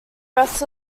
rest